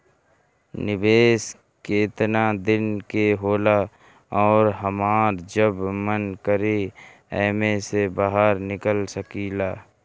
निवेस केतना दिन के होला अउर हमार जब मन करि एमे से बहार निकल सकिला?